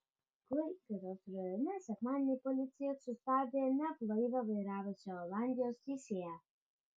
klaipėdos rajone sekmadienį policija sustabdė neblaivią vairavusią olandijos teisėją